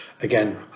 Again